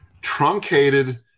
truncated